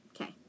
Okay